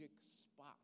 spot